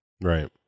Right